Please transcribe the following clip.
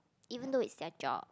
even though it's their job